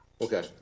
Okay